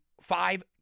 five